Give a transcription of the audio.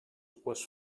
was